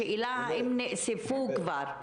השאלה האם הם נאספו כבר.